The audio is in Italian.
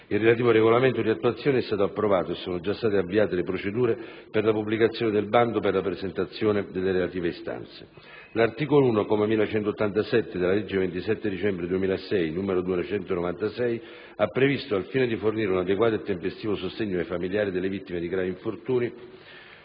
Il relativo regolamento di attuazione è stato approvato e sono già state avviate le procedure per la pubblicazione del bando per la presentazione delle relative istanze. L'articolo 1, comma 1187, della legge 27 dicembre 2006, n. 296, ha previsto, al fine di fornire un adeguato e tempestivo sostegno ai familiari delle vittime di gravi infortuni